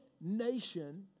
nation